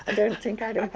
and don't think i'd